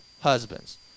husbands